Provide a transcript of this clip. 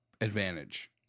advantage